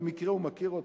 במקרה הוא מכיר אותי,